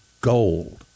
gold